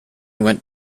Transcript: went